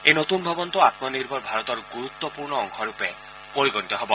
এই নতুন ভৱনটো আমনিৰ্ভৰ ভাৰতৰ গুৰুত্পূৰ্ণ অংশৰূপে পৰিগণিত হ'ব